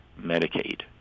Medicaid